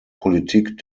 politik